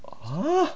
!huh!